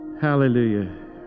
Hallelujah